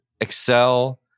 excel